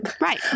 Right